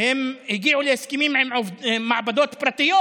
הם הגיעו להסכמים עם מעבדות פרטיות,